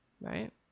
right